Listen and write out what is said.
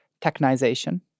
technization